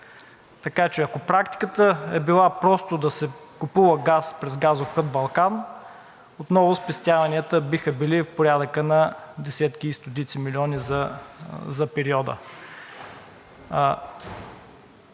Така че ако практиката е била просто да се купува газ през газов хъб „Балкан“, спестяванията отново биха били в порядъка на десетки и стотици милиони за периода.